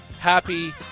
happy